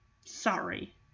sorry